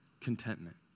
contentment